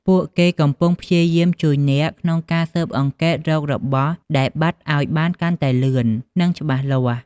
ពួកគេកំពុងព្យាយាមជួយអ្នក ក្នុងការស៊ើបអង្កេតរករបស់ដែលបាត់អោយបានកាន់តែលឿន និងច្បាស់លាស់។